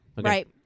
Right